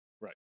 Right